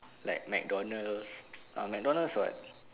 like McDonald's ah McDonald's [what]